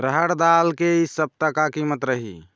रहड़ दाल के इ सप्ता का कीमत रही?